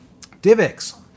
DivX